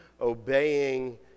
obeying